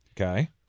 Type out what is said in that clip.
Okay